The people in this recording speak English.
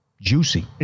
Juicy